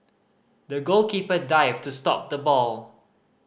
the goalkeeper dived to stop the ball